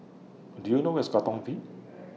Do YOU know Where IS Katong V